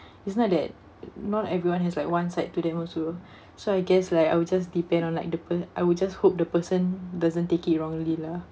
it's not that not everyone has like one side to them also so I guess like I will just depend on like the pe~ I will just hope the person doesn't take it wrongly lah